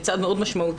צעד מאוד משמעותי,